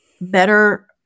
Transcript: better